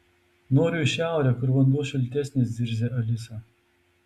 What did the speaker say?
noriu į šiaurę kur vanduo šiltesnis zirzia alisa